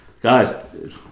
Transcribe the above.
Guys